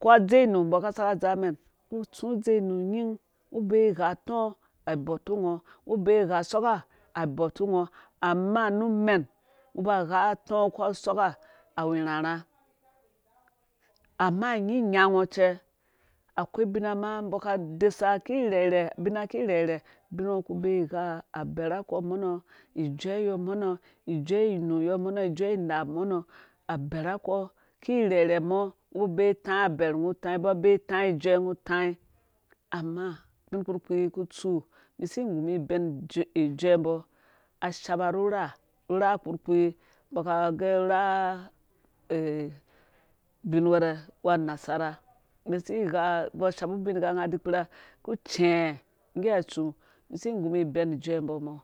ko adzeinu umbɔ aka isaka adzaa unying ungo ubee igha atɔɔ ai bɔtungo ungo ubee igha usɔkka ai bɔtungo amenu umɛn ungo uba ughaɔ atɔɔ ko usɔ kka awu irharha ama nyinyango cɛ akoi ubina ma umbɔ ka adesa ki irhɛirhɛ abina ki rhɛrhɛ ubinngo koki rhɛirhɛ mɔ ungo ubee itai abɛrh ungo utai ama ubin kpurkpi kutsu umum si igumum ibɛn ijuɛmbɔ ashaba ru ura ura kpurkpi umbɔ kagɛ ura ubin wɛrɛ uwu anasara mi si igha uba shabu ubngh unga di kpura ku cɛɛ ngge ha itsu si igu mum ibɛn ijuɛ mbɔ